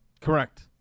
Correct